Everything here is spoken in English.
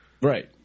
Right